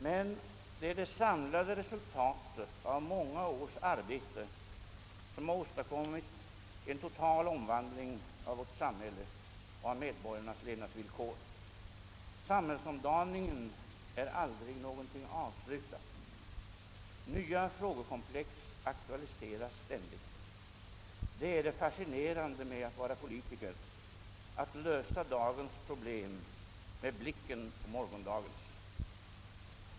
Men det är det samlade resultatet av många års arbete som har åstadkommit en total omvandling av vårt samhälle och av medborgarnas levnadsvillkor. Samhällsomdaningen är aldrig någonting avslutat. Nya frågekomplex aktualiseras ständigt. Det är det fascinerande med att vara politiker: alt lösa dagens problem med blicken på morgondagens.